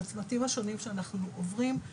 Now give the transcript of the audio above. בצמתים השונים שאנחנו עוברים.